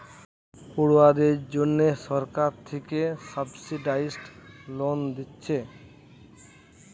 পড়ুয়াদের জন্যে সরকার থিকে সাবসিডাইস্ড লোন দিচ্ছে